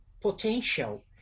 potential